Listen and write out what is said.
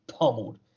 pummeled